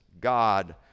God